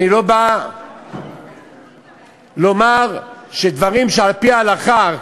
אני לא בא לומר שדברים שעל-פי ההלכה,